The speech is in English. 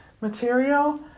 material